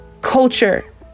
culture